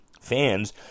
Fans